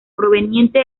proveniente